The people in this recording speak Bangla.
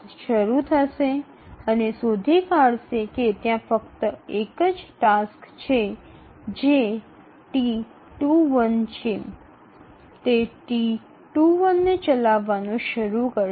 এটি দেখা যায় যে কেবলমাত্র একটি প্রস্তুত টাস্ক যা T21 এবং T21 কার্যকর করতে শুরু করে